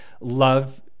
love